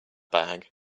bag